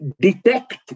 detect